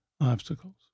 obstacles